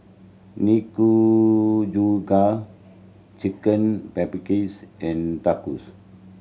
Nikujaga Chicken Paprikas and Tacos